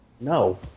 No